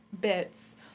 bits